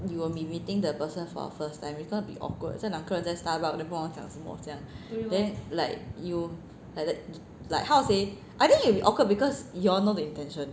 like you will be meeting the person for the first time it's going to be awkward 这两个人在 Starbucks then 不懂要讲什么这样子 then like you like that like how to say I mean it'll be awkward because you all know the intention